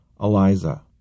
Eliza